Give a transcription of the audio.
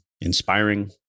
inspiring